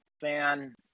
fan